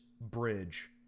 bridge